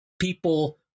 people